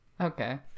okay